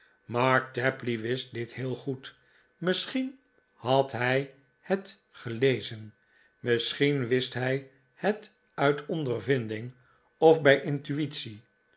mark tapley wist dit heel goed misschien had hij het gelezeri misschien wist hij het uit ondervinding of maarten chuzzlewit bij intuitie